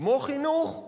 כמו חינוך,